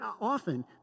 often